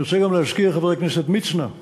אני רוצה גם להזכיר, חבר הכנסת מצנע,